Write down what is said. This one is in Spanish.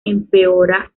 empeora